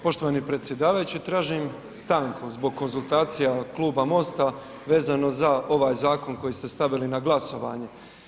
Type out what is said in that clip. Poštovani predsjedavajući tražim stanku zbog konzultacija Kluba MOST-a vezano za ovaj zakon koji ste stavili na glasovanje.